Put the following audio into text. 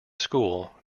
school